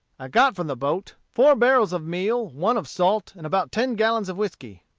i got from the boat four barrels of meal, one of salt, and about ten gallons of whiskey.